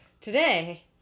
today